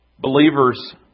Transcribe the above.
Believers